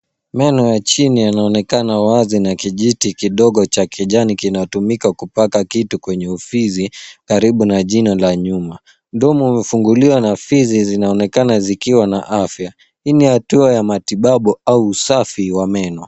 Meno ya chini yanaonekana wazi na kijiti kidogo cha kijani kinatumika kupaka kitu kwenye ufizi karibu na jino la nyuma. Mdomo umefunguliwa na fizi zinaonekana zikiwa na afya. Hii ni hatua ya matibabu au usafi wa meno.